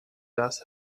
does